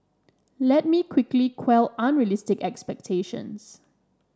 let me quickly quell unrealistic expectations